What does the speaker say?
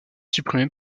supprimée